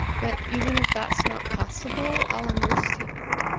but even if that's not possible, i'll understand